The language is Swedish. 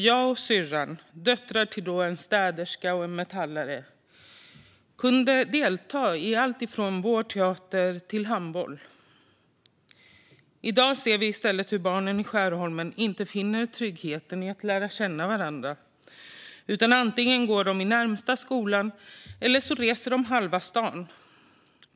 Jag och syrran, döttrar till en städerska och en metallare, kunde alltså delta i allt från Vår teater till handboll. I dag ser vi i stället att barnen i Skärholmen inte finner tryggheten i att lära känna varandra. De går antingen i den skola som ligger närmast, eller så reser de genom halva stan till en annan skola.